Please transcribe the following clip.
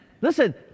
Listen